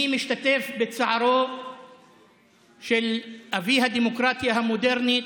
אני משתתף בצערו של אבי הדמוקרטיה המודרנית,